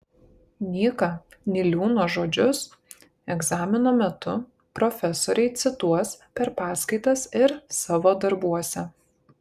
nyka niliūno žodžius egzamino metu profesoriai cituos per paskaitas ir savo darbuose